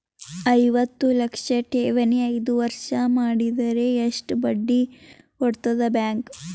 ಐವತ್ತು ಲಕ್ಷ ಠೇವಣಿ ಐದು ವರ್ಷ ಮಾಡಿದರ ಎಷ್ಟ ಬಡ್ಡಿ ಕೊಡತದ ಬ್ಯಾಂಕ್?